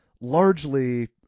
largely